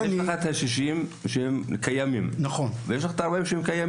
יש לך את ה-60 שקיימים ויש לך גם את ה-40 שקיימים.